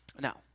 Now